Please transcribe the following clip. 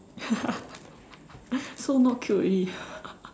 so not cute already